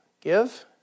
Give